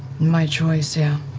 my choice, yeah,